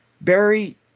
Barry